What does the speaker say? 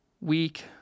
week